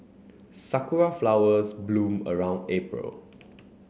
sakura flowers bloom around April